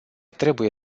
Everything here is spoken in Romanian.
trebuie